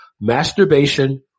masturbation